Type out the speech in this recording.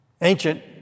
Ancient